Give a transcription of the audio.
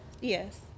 yes